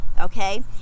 okay